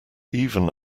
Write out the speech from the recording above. even